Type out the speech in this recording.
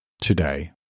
today